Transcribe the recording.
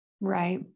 right